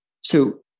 So-